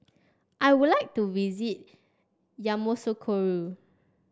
I would like to visit Yamoussoukro